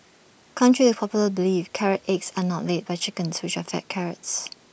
contrary to popular belief carrot eggs are not laid by chickens which are fed carrots